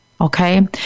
Okay